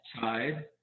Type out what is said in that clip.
side